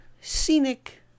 scenic